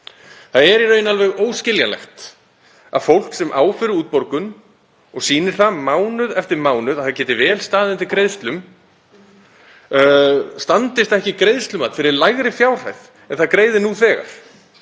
Það er í rauninni alveg óskiljanlegt að fólk sem á fyrir útborgun og sýnir það mánuð eftir mánuð að það geti vel staðið undir greiðslum, standist ekki greiðslumat fyrir lægri fjárhæð en það greiðir nú þegar.